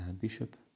bishop